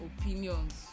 opinions